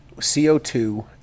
CO2